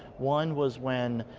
one was when